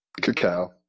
Cacao